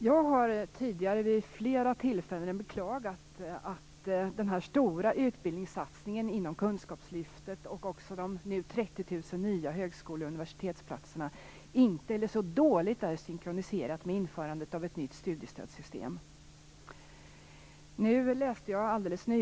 Jag har tidigare vid flera tillfällen beklagat att den här stora utbildningssatsningen inom kunskapslyftet och de 30 000 nya högskole och universitetsplatserna är så dåligt synkroniserade med införandet av ett nytt studiestödssystem.